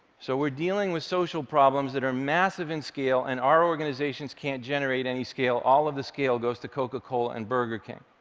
so we're dealing with social problems that are massive in scale, and our organizations can't generate any scale. all of the scale goes to coca-cola and burger king.